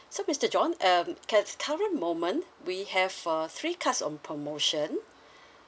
so mister john um okay current moment we have uh three cards on promotion